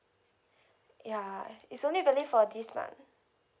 ya it's only valid for this month